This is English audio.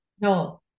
No